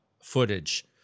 footage